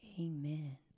Amen